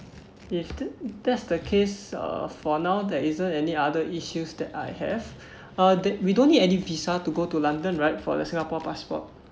if the~ that's the case uh for now there isn't any other issues that I have uh th~ we don't need any visa to go to london right for the singapore passport